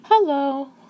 Hello